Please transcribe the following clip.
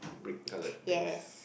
brick colored things